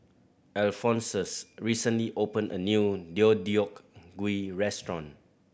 Alphonsus recently opened a new Deodeok Gui restaurant